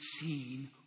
seen